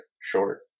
short